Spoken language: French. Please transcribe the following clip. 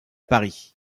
paris